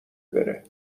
بره